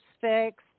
fixed